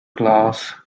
glass